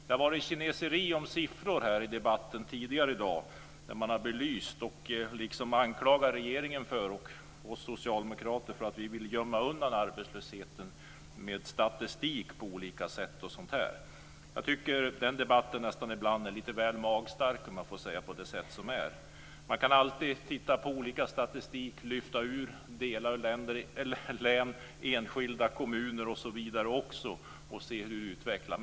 Det har varit kineseri om siffror i debatten tidigare i dag. Man har anklagat regeringen och oss socialdemokrater för att på olika sätt vilja gömma undan arbetslösheten med statistik osv. Jag tycker att den debatten ibland är lite väl magstark, om jag får säga på det sätt som är. Man kan alltid titta på olika statistik, lyfta ut delar av län och enskilda kommuner osv. och se hur de utvecklas.